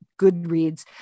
Goodreads